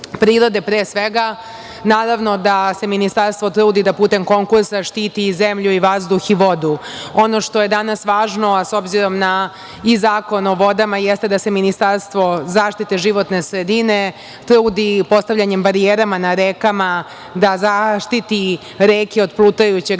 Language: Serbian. prirode, pre svega, naravno da se Ministarstvo trudi da putem konkursa štiti i zemlju, vazduh i vodu. Ono što je danas važno, a s obzorom na Zakon o vodama jeste da se Ministarstvo za zaštitu životne sredine trudi postavljanjem barijera na rekama da zaštiti reke od plutajućeg